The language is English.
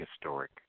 Historic